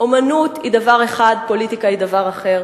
אמנות היא דבר אחד, פוליטיקה היא דבר אחר.